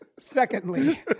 Secondly